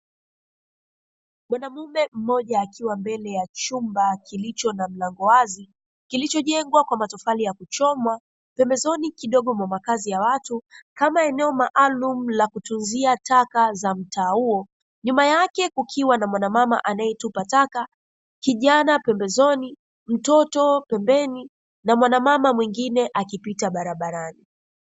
Mwanamume mmoja, akiwa mbele ya chumba kilicho na mlango wazi, kilichojengwa kwa matofali ya kuchoma, pembezoni kidogo mwa makazi ya watu, kama eneo maalumu la kutunzia taka za mtaa huo, nyuma yake kukiwa na mwanamama anayetupa taka, kijana pembezoni, mtoto pembeni na mwanamama mwingine akipita barabarani.